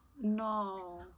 No